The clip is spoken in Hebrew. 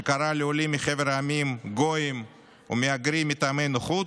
שקרא לעולים מחבר המדינות "גויים" או "מהגרים מטעמי נוחות".